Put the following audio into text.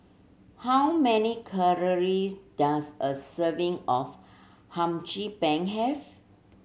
how many calories does a serving of Hum Chim Peng have